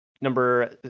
number